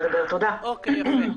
מודעות.